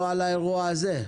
לא על האירוע הזה?